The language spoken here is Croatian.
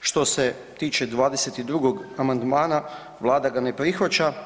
Što se tiče 22. amandmana Vlada ga ne prihvaća.